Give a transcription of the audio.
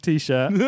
t-shirt